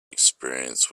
experience